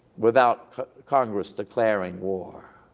without congress declaring war.